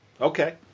Okay